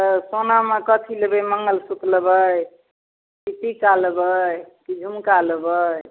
तऽ सोनामे कथी लेबै मँगलसूत्र लेबै कि टीका लेबै कि झुमका लेबै